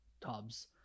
tubs